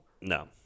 No